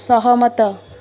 ସହମତ